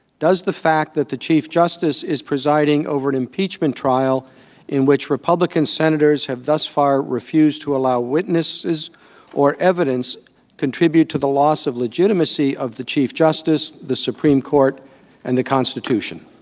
does the fact that the chief justice is presiding over an impeachment trial in which republican senators have thus far refused to allow witnesses or evidence contribute to the loss of legitimacy of the chief justice, the supreme court and the constitution?